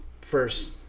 first